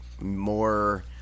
more